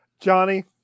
Johnny